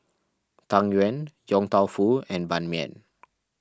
Tang Yuen Yong Tau Foo and Ban Mian